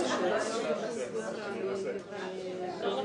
צריך --- לא,